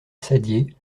saddier